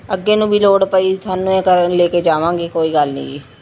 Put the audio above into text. ਅੱਗੇ ਨੂੰ ਵੀ ਲੋੜ ਪਈ ਤੁਹਾਨੂੰ ਏ ਕਰਨ ਲੈ ਕੇ ਜਾਵਾਂਗੇ ਕੋਈ ਗੱਲ ਨਹੀਂ ਜੀ